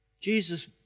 Jesus